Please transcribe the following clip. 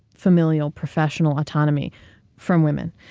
familial professional autonomy from women.